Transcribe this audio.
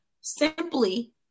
simply